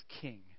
king